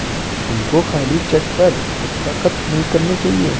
तुमको खाली चेक पर दस्तखत नहीं करने चाहिए